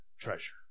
treasure